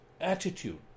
attitude